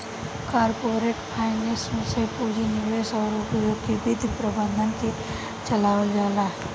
corporate finance से पूंजी निवेश अउर उद्योग के वित्त प्रबंधन के चलावल जाला